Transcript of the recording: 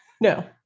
no